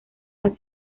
han